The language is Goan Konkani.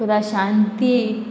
प्रशांती